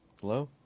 Hello